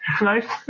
nice